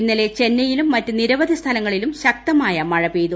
ഇന്നലെ ചെന്നൈയിലും മറ്റ് നിരവധി സ്ഥലങ്ങളിലും ശക്തമായ മഴ പെയ്തു